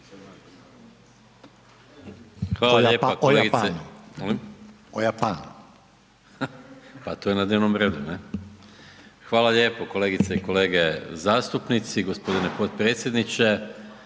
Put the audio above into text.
Hvala lijepo kolegice i kolege zastupnici, g. potpredsjedniče.